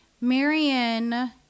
Marion